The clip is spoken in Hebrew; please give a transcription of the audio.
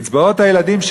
קצבאות הילדים,